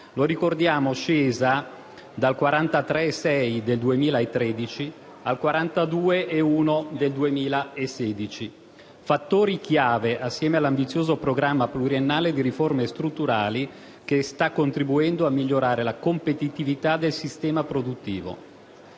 fiscale, scesa dal 43,6 del 2013 al 42,1 del 2016. Questi fattori chiave, assieme all'ambizioso programma pluriennale di riforme strutturali, stanno contribuendo a migliorare la competitività del sistema produttivo.